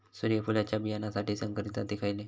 सूर्यफुलाच्या बियानासाठी संकरित जाती खयले?